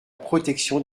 protection